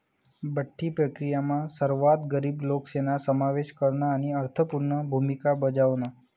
बठ्ठी प्रक्रीयामा सर्वात गरीब लोकेसना समावेश करन आणि अर्थपूर्ण भूमिका बजावण